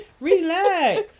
Relax